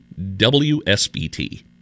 WSBT